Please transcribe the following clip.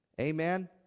Amen